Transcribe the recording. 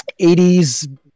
80s